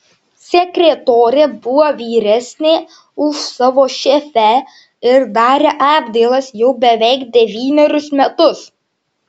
sekretorė buvo vyresnė už savo šefę ir darė apdailas jau beveik devynerius metus